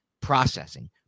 Processing